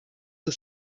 ist